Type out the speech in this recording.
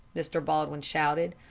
mr. baldwin shouted.